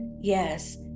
yes